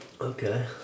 Okay